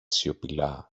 σιωπηλά